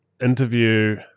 interview